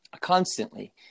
constantly